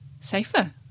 safer